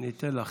אני אתן לך.